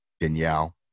Danielle